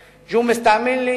ג'ומס, תאמין לי